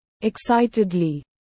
Excitedly